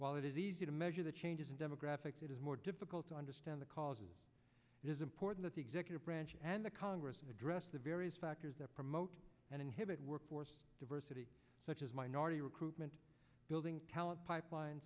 while it is easy to measure the changes in demographics it is more difficult to understand the causes is important the executive branch and the congress and address the various factors that promote and inhibit workforce diversity such as minority recruitment building talent pipeline